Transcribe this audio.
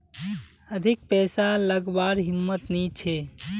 अधिक पैसा लागवार हिम्मत नी छे